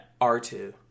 R2